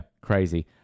crazy